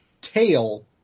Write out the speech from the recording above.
tail